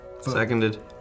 Seconded